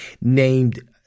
named